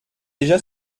déjà